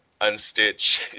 unstitch